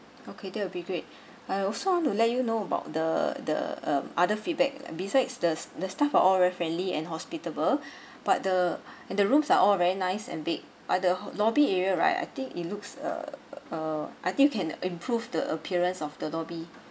okay that will be great I also want to let you know about the the um other feedback besides the s~ the staff are all very friendly and hospitable but the and the rooms are all very nice and big but the lobby area right I think it looks uh uh I think can improve the appearance of the lobby